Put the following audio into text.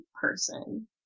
person